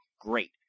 great